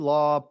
Law